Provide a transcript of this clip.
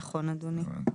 נכון, אדוני.